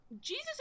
Jesus